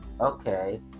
okay